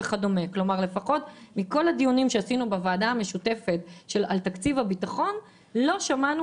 מכל הדיונים שעלו בוועדה המשותפת לתקציב הביטחון לא שמענו